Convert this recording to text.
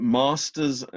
masters